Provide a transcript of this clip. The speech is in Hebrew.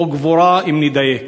או גבורה, אם נדייק.